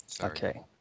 Okay